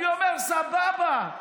אני אומר: סבבה.